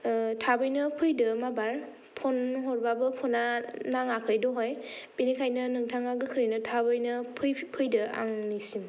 थाबैनो फैदो माबार पन हरबाबो पना नाङाखै दहाय बेनिखाइनो नोंथाङा गोख्रैनो थाबैनो फैदो आंनिसिम